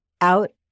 out